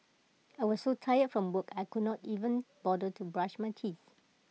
I was so tired from work I could not even bother to brush my teeth